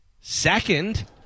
second